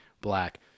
black